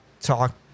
talk